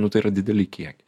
nu tai yra dideli kiekiai